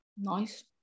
Nice